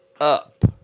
up